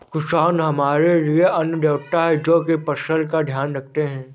किसान हमारे लिए अन्न देवता है, जो की फसल का ध्यान रखते है